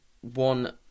One